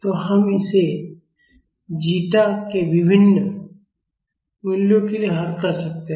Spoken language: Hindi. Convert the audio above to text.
तो हम इसे जीटा के विभिन्न मूल्यों के लिए हल कर सकते हैं